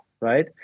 right